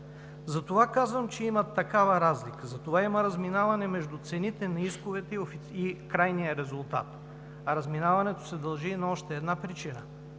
Затова казвам, че има такава разлика. Затова има разминаване между цените на исковете и крайния резултат, а разминаването се дължи и на още една причина: